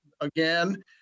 again